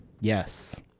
yes